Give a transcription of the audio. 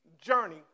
journey